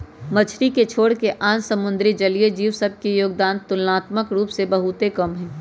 मछरी के छोरके आन समुद्री जलीय जीव सभ के जोगदान तुलनात्मक रूप से बहुते कम हइ